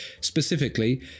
specifically